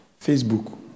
Facebook